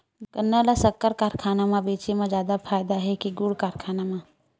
गन्ना ल शक्कर कारखाना म बेचे म जादा फ़ायदा हे के गुण कारखाना म?